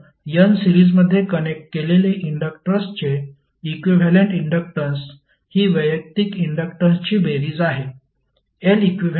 तर n सीरिजमध्ये connect केलेले इंडक्टर्सचे इक्विव्हॅलेंट इन्डक्टन्स ही वैयक्तिक इंडक्टन्सची बेरीज आहे